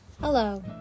Hello